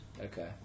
Okay